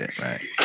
Right